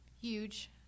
huge